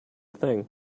thing